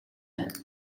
байна